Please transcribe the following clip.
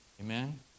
Amen